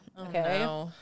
Okay